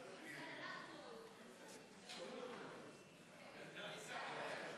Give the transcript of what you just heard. גברתי השרה,